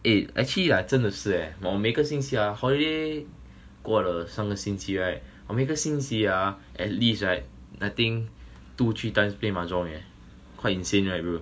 eh actually right 真的是 leh 我每个星期 ah holiday 过了三个星期 right 我每个星期 ah at least right I think two three times play mahjong eh quite insane right bro